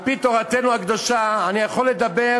על-פי תורתנו הקדושה, אני יכול לדבר